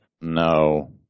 No